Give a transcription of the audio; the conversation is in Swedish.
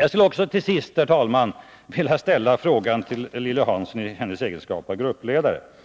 Jag skulle till sist, herr talman, till Lilly Hansson i hennes egenskap av gruppledare vilja